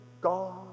God